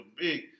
big